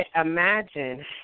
Imagine